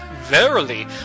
Verily